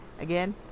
Again